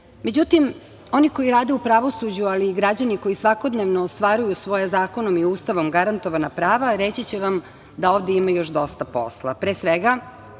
njima.Međutim, oni koji rade u pravosuđe, ali i građani koji svakodnevno ostvaruju svoja zakonom i Ustavom garantovana prava reći će vam da ovde ima još dosta posla.